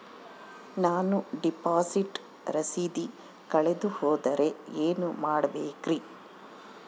ನಾನು ಡಿಪಾಸಿಟ್ ರಸೇದಿ ಕಳೆದುಹೋದರೆ ಏನು ಮಾಡಬೇಕ್ರಿ?